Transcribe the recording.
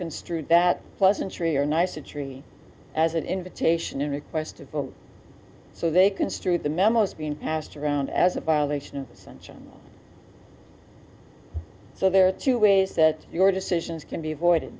construed that pleasantry are nice a tree as an invitation to request a vote so they construe the memos being passed around as a violation of censure so there are two ways that your decisions can be avoided